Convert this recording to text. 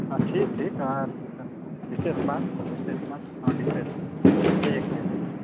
आओर ठीक छै तऽ विशेष बात विशेष बात हँ विशेष ठीक छै